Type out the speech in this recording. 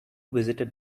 visited